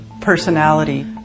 personality